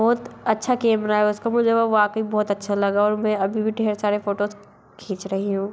बहुत अच्छा केमेरा है उसका मुझे वह वाकई बहुत अच्छा लगा और मैं अभी भी ढ़ेर सारे फ़ोटोज़ इतनी खींच रही हूँ